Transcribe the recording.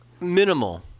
minimal